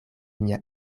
mia